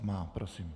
Má, prosím.